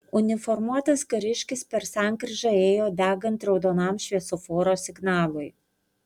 uniformuotas kariškis per sankryžą ėjo degant raudonam šviesoforo signalui